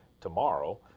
tomorrow